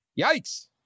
Yikes